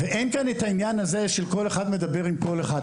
אין כאן העניין שכל אחד מדבר עם כל אחד.